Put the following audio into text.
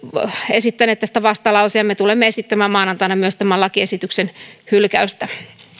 esittäneet tästä vastalauseen me tulemme esittämään maanantaina myös tämän lakiesityksen hylkäystä